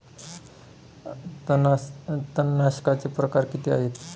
तणनाशकाचे प्रकार किती आहेत?